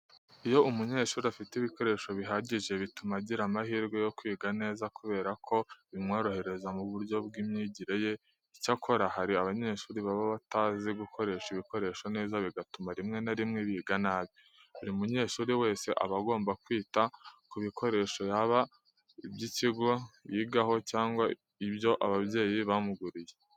Iyo umunyeshuri afite ibikoresho bihagije bituma agira amahirwe yo kwiga neza kubera ko bimworohereza mu buryo bw'imyigire ye. Icyakora, hari abanyeshuri baba batazi gukoresha ibikoresho neza bigatuma rimwe na rimwe biga nabi. Buri munyeshuri wese aba agomba kwita ku bikoresho yaba iby'ikigo yigaho cyangwa ibyo ababyeyi bamuguriye.